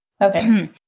Okay